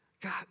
God